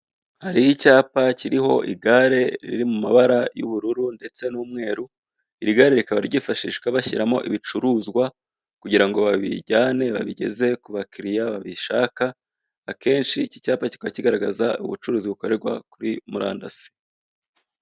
Hari icyapa kiriho igare riri mu mabara y'ubururu ndetse n'umweru iri gare rikaba ryifashishwa bashyiramo ibicuruzwa kugira ngo babijyane babigeze ku bakiriya babishaka akenshi iki cyapa kikaba kigaragaza nubucuruzi bukorerwa kuri murandasi.